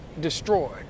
destroyed